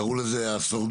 קראו לזה השורדים.